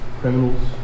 criminals